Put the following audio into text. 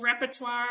repertoire